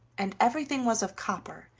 and everything was of copper,